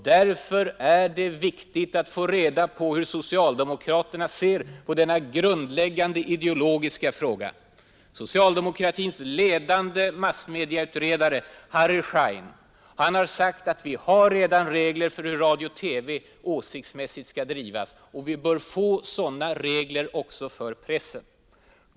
Därför är det viktigt att få reda på hur socialdemokraterna ser på denna stödjande ändamål grundläggande ideologiska fråga. Socialdemokratins ledande massmediautredare Harry Schein har sagt att vi redan har regler för hur radio och TV ”åsiktsmässigt skall drivas” och att vi bör få sådana regler också för pressen.